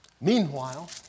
Meanwhile